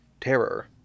Terror